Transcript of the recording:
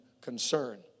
concern